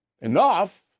enough